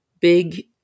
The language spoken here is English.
big